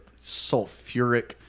sulfuric